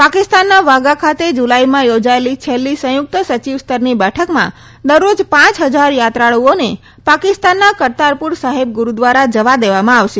પાકિસ્તાનના વાઘા ખાતે જલાઈમાં થોજાયેલી છેલ્લી સંથુક્ત સચિવો સ્તરની બેઠકમાં દરરોજ પાંચ ફજાર થાત્રાળુઓને પાકિસ્તાનના કરતારપૂર સાહિબ ગુરૂદ્વારા જવા દેવામાં આવશે